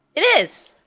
it is!